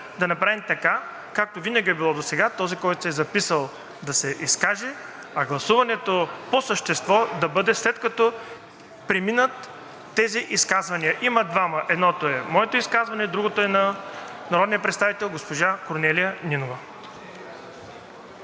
да направим така, както винаги е било досега – този, който се е записал, да се изкаже, а гласуването по същество да бъде, след като преминат тези изказвания. Има двама – едното е моето изказване, а другото е на народния представител госпожа Корнелия Нинова.